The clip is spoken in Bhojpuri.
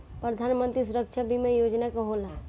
प्रधानमंत्री सुरक्षा बीमा योजना का होला?